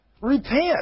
repent